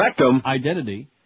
identity